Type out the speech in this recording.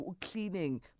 cleaning